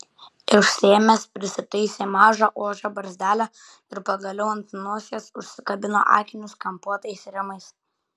išsiėmęs prisitaisė mažą ožio barzdelę ir pagaliau ant nosies užsikabino akinius kampuotais rėmais